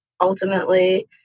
ultimately